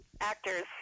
actors